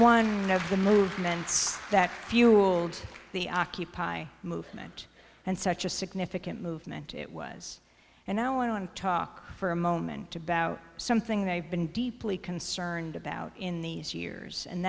one of the movements that fueled the occupy movement and such a significant movement it was and i want to talk for a moment about something that i've been deeply concerned about in these years and